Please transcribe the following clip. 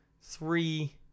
three